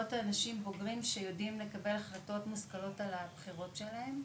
להיות אנשים בוגרים שיודעים לקבל החלטות מושכלות על הבחירות שלהם.